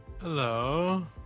Hello